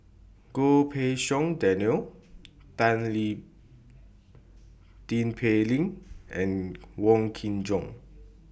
Goh Pei Siong Daniel Tin Pei Ling and Wong Kin Jong